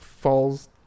falls